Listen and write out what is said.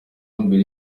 mbere